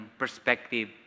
perspective